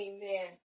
Amen